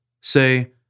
Say